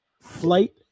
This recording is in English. flight